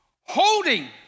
holding